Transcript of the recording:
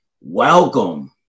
Welcome